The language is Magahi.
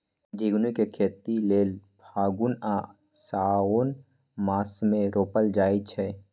झिगुनी के खेती लेल फागुन आ साओंन मासमे रोपल जाइ छै